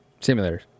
simulators